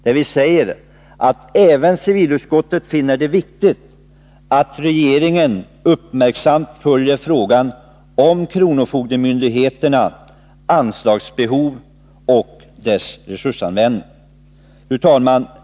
Där sägs att även civilutskottet finner det viktigt att regeringen uppmärksamt följer frågan om kronofogdemyndigheterna, deras anslagsbehov och resursanvändning. Fru talman!